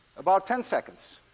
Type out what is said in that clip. about ten seconds.